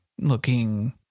looking